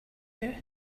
you